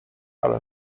ale